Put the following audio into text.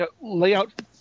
layout